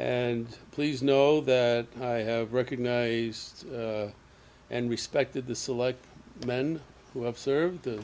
and please know that i have recognized and respected the select men who have served the